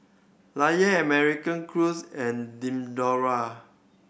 Lion American Crews and Diadora